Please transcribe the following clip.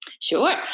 Sure